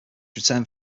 returned